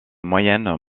moyennes